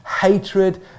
hatred